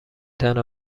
تنوع